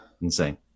Insane